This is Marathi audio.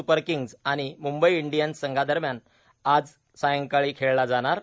स्पर किंग्ज आणि म्ंबई इंडियन्स संघादरम्यान आज सायंकाळी खेळला जाणार आहे